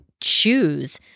choose